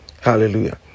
Hallelujah